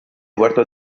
guardò